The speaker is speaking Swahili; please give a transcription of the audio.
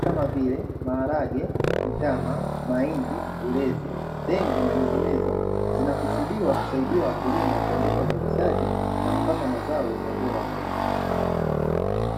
kama vile maharage, mtama, mahindi, ulezi dengu na nyinginezo zinakusudiwa kusaidia wakulima kuongeza uzalishaji nakupata mazao yenye ubora zaidi.